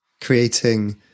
creating